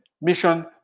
Mission